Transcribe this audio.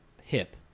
hip